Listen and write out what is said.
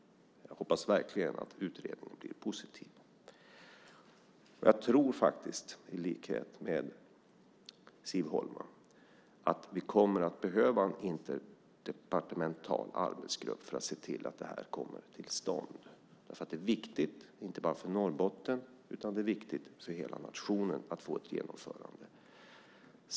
Jag hoppas verkligen att utredningen blir positiv. Jag tror, i likhet med Siv Holma, att vi kommer att behöva en interdepartemental arbetsgrupp för att se till att detta kommer till stånd. Det är viktigt inte bara för Norrbotten utan för hela nationen att få ett genomförande.